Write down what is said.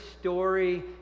story